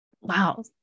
Wow